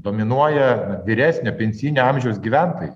dominuoja vyresnio pensinio amžiaus gyventojai